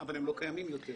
אבל הם לא קיימים יותר.